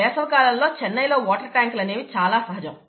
వేసవికాలంలో చెన్నైలో వాటర్ ట్యాంకులు అనేవి చాలా సహజం